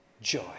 Joy